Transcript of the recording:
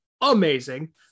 amazing